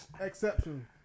exception